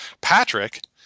patrick